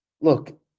look